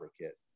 kit